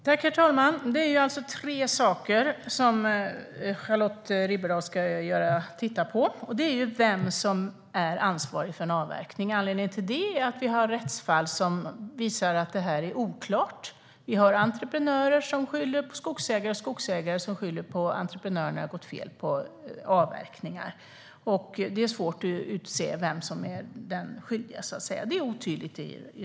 Herr talman! Charlotte Riberdahl ska titta på tre saker. För det första handlar det om vem som är ansvarig för en avverkning. Anledningen till det är att vi har rättsfall som visar att det är oklart. Vi har entreprenörer som skyller på skogsägare och skogsägare som skyller på entreprenörer när avverkningar har gått fel. Det är svårt att utse vem som är skyldig eftersom lagen är otydlig.